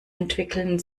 entwickeln